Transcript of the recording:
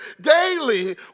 Daily